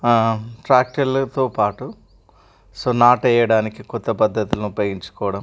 ట్రాక్టర్లతో పాటు సో నాటు వెయ్యడానికి కొత్త పద్ధతులను ఉపయోగించుకోవడం